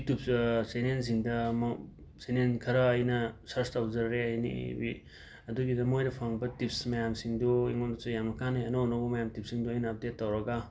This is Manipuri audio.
ꯌꯨꯇꯨꯞ ꯆꯦꯅꯦꯜꯁꯤꯡꯗ ꯑꯃ ꯆꯦꯅꯦꯟ ꯈꯔ ꯑꯩꯅ ꯁꯔꯁ ꯇꯧꯖꯔꯦ ꯕꯤ ꯑꯗꯨꯒꯤꯗꯣ ꯃꯣꯏꯅ ꯐꯪꯕ ꯇꯤꯞꯁ ꯃꯌꯥꯝꯁꯤꯡꯗꯨ ꯑꯩꯉꯣꯟꯗꯁꯨ ꯌꯥꯝꯅ ꯀꯥꯟꯅꯩ ꯑꯅꯧ ꯑꯅꯧꯕ ꯃꯌꯥꯝ ꯇꯤꯞꯁꯤꯡꯗꯣ ꯑꯩꯅ ꯎꯞꯗꯦꯠ ꯇꯧꯔꯒ